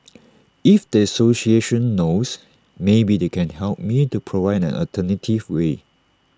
if the association knows maybe they can help me or provide an alternative way